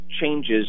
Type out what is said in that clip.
changes